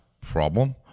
problem